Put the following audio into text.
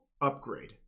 upgrade